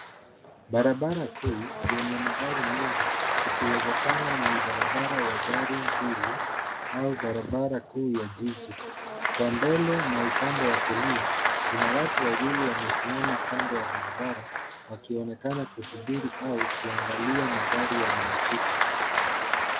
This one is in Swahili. Barabara kuu yenye magari mengi, yakiwezekana ni barabara ya gari mbili au barabara kuu ya jiji. Kwa mbele na upande wa kulia, kuna watu wawili wamesimama kando ya barabara wakionekana kusubiri au kuangalia magari yanayopita.